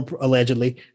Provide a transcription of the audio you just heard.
allegedly